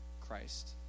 Christ